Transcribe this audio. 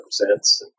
represents